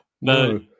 No